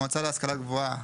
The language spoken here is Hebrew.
"המועצה להשכלה גבוהה"